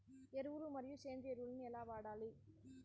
ఎరువులు మరియు సేంద్రియ ఎరువులని ఎలా వాడాలి?